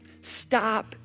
stop